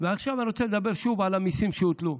ועכשיו אני רוצה לדבר שוב על המיסים שהוטלו.